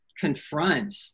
confront